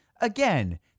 Again